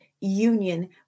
union